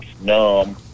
numb